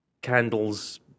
candles